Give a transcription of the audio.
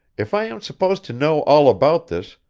if i am supposed to know all about this,